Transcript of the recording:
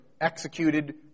executed